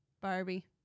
barbie